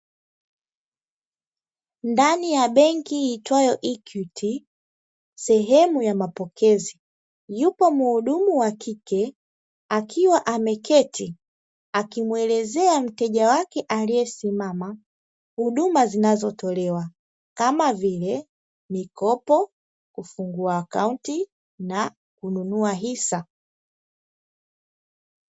Ndani ya benki iitwayo "EQUITY" sehemu ya mapokezi, yupo mhudumu wa kike akiwa ameketi akimuelezea mteja wake aliyesimama huduma zinazotolewa kama vile: mikopo, kufungua akaunti na kununua hisa.